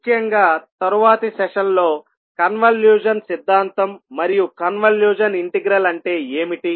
ముఖ్యంగా తరువాతి సెషన్లో కన్వల్యూషన్ సిద్ధాంతం మరియు కన్వల్యూషన్ ఇంటిగ్రల్ అంటే ఏమిటి